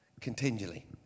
continually